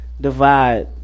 divide